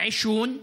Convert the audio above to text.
ועישון.